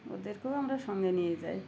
ওদেরকেও আমরা সঙ্গে নিয়ে যাই